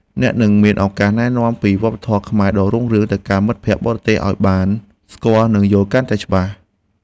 អ្នកនឹងមានឱកាសណែនាំពីវប្បធម៌ខ្មែរដ៏រុងរឿងទៅកាន់មិត្តភក្តិបរទេសឱ្យបានស្គាល់និងយល់កាន់តែច្បាស់។